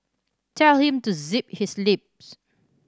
tell him to zip his lips